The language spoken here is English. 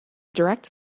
direct